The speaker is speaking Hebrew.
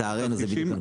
לצערנו זה בדיוק הנקודה.